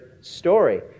story